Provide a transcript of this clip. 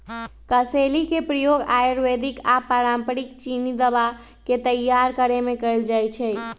कसेली के प्रयोग आयुर्वेदिक आऽ पारंपरिक चीनी दवा के तइयार करेमे कएल जाइ छइ